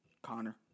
Connor